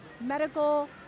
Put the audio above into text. Medical